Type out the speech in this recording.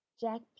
Jack